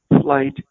flight